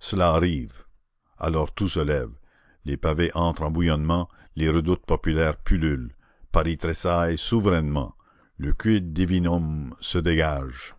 cela arrive alors tout se lève les pavés entrent en bouillonnement les redoutes populaires pullulent paris tressaille souverainement le quid divinum se dégage